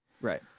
Right